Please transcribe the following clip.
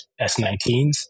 S19s